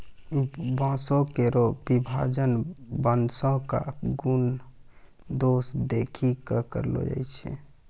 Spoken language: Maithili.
बांसों केरो विभाजन बांसों क गुन दोस देखि कॅ करलो जाय छै